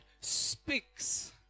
speaks